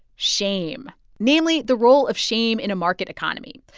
shame namely, the role of shame in a market economy.